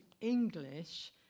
English